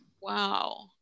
Wow